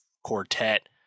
quartet